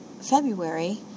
February